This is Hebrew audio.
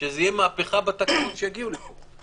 שזו תהיה מהפכה בתקנות שיגיעו לפה.